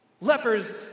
Lepers